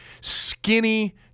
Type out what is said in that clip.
skinny